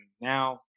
now